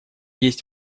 есть